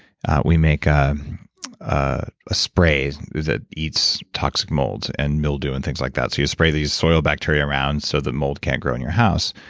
we make a ah ah spray that eats toxic molds and mildew and things like that. so you spray these soil bacteria around so the mold can't grow in your house.